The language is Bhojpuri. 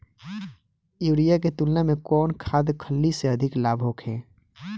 यूरिया के तुलना में कौन खाध खल्ली से अधिक लाभ होखे?